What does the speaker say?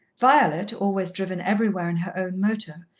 violet, always driven everywhere in her own motor,